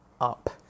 up